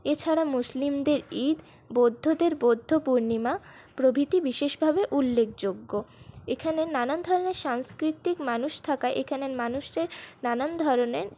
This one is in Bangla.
এছাড়া মুসলিমদের ঈদ বৌদ্ধদের বুদ্ধপূর্ণিমা প্রভৃতি বিশেষভাবে উল্লেখযোগ্য এখানে নানান ধরনের সাংস্কৃতিক মানুষ থাকায় এখানের মানুষদের নানান ধরনের